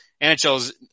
NHL's